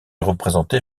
représentait